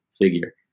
figure